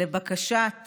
לבקשת